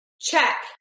Check